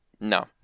No